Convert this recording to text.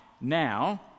now